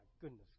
goodness